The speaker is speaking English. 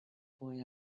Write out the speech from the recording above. boy